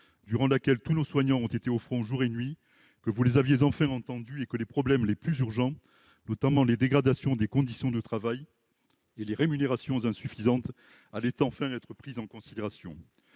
durant laquelle tous nos soignants ont été au front, jour et nuit, que vous les aviez enfin entendus et que les problèmes les plus urgents, notamment les dégradations des conditions de travail et les rémunérations insuffisantes, allaient être pris en considération.